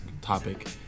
topic